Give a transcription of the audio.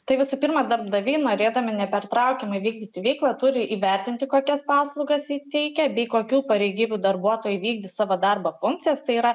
tai visų pirma darbdaviai norėdami nepertraukiamai vykdyti veiklą turi įvertinti kokias paslaugas ji teikia bei kokių pareigybių darbuotojai vykdys savo darbo funkcijas tai yra